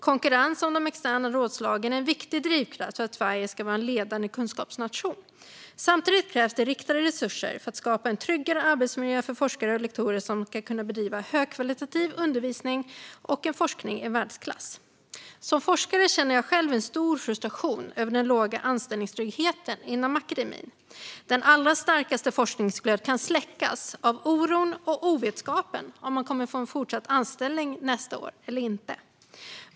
Konkurrens om de externa rådsanslagen är en viktig drivkraft för att Sverige ska vara en ledande kunskapsnation. Samtidigt krävs det riktade resurser för att skapa en tryggare arbetsmiljö för att forskare och lektorer ska kunna bedriva högkvalitativ undervisning och en forskning i världsklass. Som forskare känner jag själv en stor frustration över den låga anställningstryggheten inom akademin. Den allra starkaste forskningsglöd kan släckas av oron och ovetskapen om man kommer få fortsatt anställning nästa år eller inte.